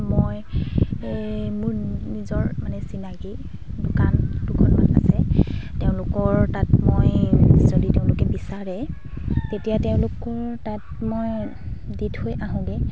মই মোৰ নিজৰ মানে চিনাকি দোকান দুখনমান আছে তেওঁলোকৰ তাত মই যদি তেওঁলোকে বিচাৰে তেতিয়া তেওঁলোকৰ তাত মই দি থৈ আহোঁগে